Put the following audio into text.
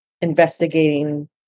investigating